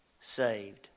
saved